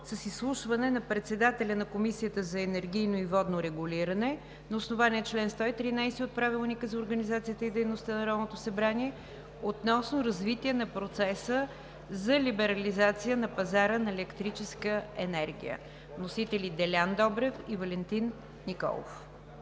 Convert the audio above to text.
с изслушване на председателя на Комисията за енергийно и водно регулиране на основание чл. 113 от Правилника за организацията и дейността на Народното събрание относно развитие на процеса за либерализация на пазара на електрическа енергия. Вносители: Делян Добрев и Валентин Николов.